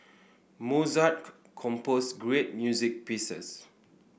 Mozart composed great music pieces